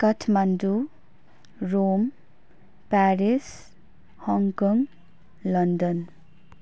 Kathmandu Rome Paris Hong Kong London